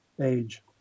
age